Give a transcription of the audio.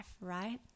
right